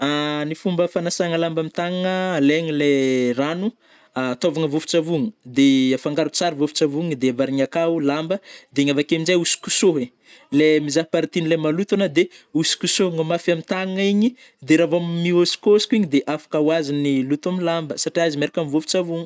Ny fomba fanasagna lamba ami tagnana alaigny le rano, a taovigna vovotsavogno de afangaro tsara vôvontsavogny de avarigna akao lamba de igny avake amnjay hosonkosohigny le mizaha partie nle maloto anao de hosonkosohigny mafy am tagnana igny de rah vô m mihôsonkôsoko igny de afaka oazy ny loto am lamba satriao izy miaraka aminy vovontsavogno.